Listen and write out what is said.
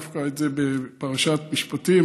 דווקא בפרשת משפטים,